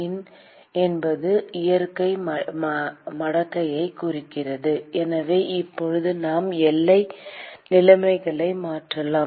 ln என்பது இயற்கை மடக்கையைக் குறிக்கிறது எனவே இப்போது நாம் எல்லை நிலைமைகளை மாற்றலாம்